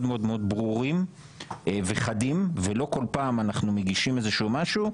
מאוד ברורים וחדים ושלא כל פעם כאשר אנחנו מגישים משהו,